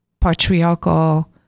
patriarchal